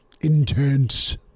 intense